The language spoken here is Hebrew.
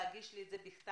להגיש לי את זה בכתב.